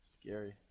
scary